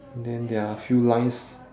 then there are a few lines